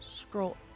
scroll